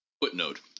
Footnote